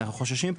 אנחנו פשוט חוששים,